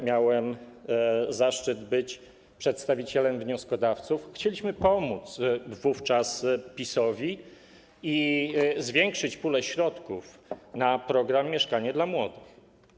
Miałem zaszczyt być przedstawicielem wnioskodawców, chcieliśmy wówczas pomóc PiS-owi i zwiększyć pulę środków na program „Mieszkanie dla młodych”